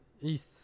east